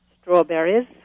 strawberries